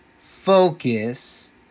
focus